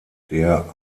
der